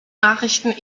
nachrichten